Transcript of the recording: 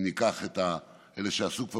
אם ניקח את אלה שעשו כבר